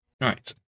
Right